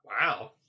Wow